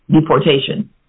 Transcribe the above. deportation